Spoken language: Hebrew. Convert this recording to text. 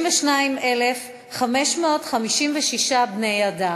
32,556 בני-אדם.